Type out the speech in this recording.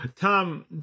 Tom